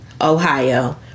Ohio